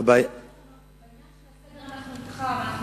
בעניין הסדר אנחנו אתך, אנחנו